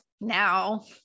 now